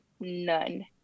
none